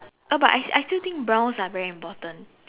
oh but I I still think brows are very important